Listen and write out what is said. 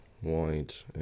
white